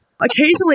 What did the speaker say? occasionally